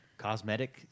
cosmetic